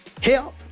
help